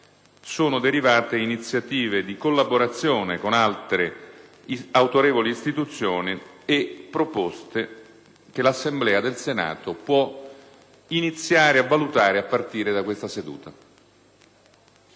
sono derivate iniziative di collaborazione con altre autorevoli istituzioni e proposte che l'Assemblea del Senato può iniziare a valutare a partire da questa seduta.